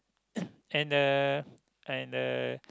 and uh and the